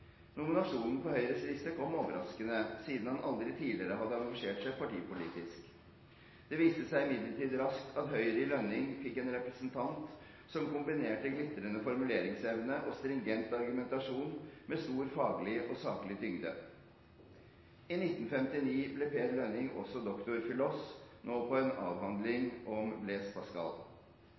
Nominasjonen på Høyres liste kom overraskende, siden han aldri tidligere hadde engasjert seg partipolitisk. Det viste seg imidlertid raskt at Høyre i Lønning fikk en representant som kombinerte glitrende formuleringsevne og stringent argumentasjon med stor faglig og saklig tyngde. I 1959 ble Per Lønning også dr.philos. – nå på en avhandling om